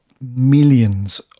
millions